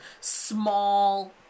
small